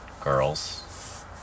girls